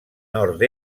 nord